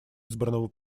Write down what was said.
избранного